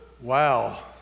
Wow